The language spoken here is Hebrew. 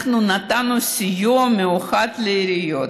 אנחנו נתנו סיוע מיוחד לעיריות,